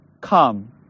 come